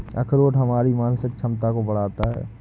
अखरोट हमारी मानसिक क्षमता को बढ़ाता है